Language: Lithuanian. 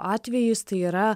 atvejis tai yra